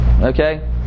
okay